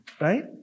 right